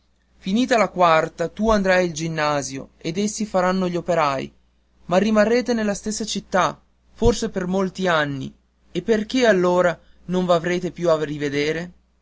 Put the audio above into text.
finita la quarta tu andrai al ginnasio ed essi faranno gli operai ma rimarrete nella stessa città forse per molti anni e perché allora non v'avrete più a rivedere